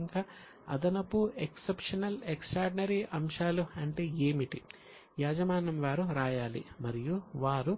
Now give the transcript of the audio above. ఇంకా అదనపు exceptional extraordinary అంశాలు అంటే ఏమిటి యాజమాన్యం వారు వ్రాయాలి మరియు వారు